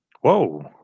Whoa